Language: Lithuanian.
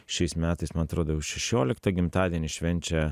šiais metais man atrodo jau šešioliktą gimtadienį švenčia